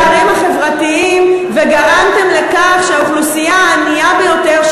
אתם הגדלתם את הפערים החברתיים וגרמתם לכך שהאוכלוסייה הענייה ביותר,